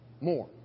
more